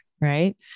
right